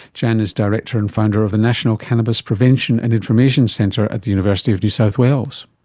jan is director and founder of the national cannabis prevention and information centre at the university of new south wales.